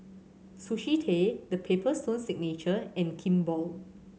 Sushi Tei The Paper Stone Signature and Kimball